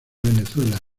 venezuela